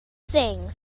thing